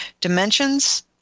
Dimensions